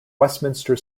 westminster